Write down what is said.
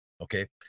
okay